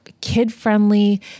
kid-friendly